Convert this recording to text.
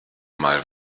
mal